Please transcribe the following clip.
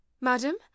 madam